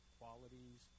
qualities